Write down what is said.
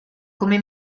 come